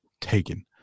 Taken